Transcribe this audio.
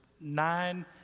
nine